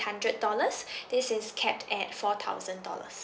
hundred dollars this is capped at four thousand dollars